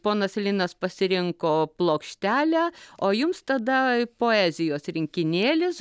ponas linas pasirinko plokštelę o jums tada poezijos rinkinėlis